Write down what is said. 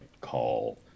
call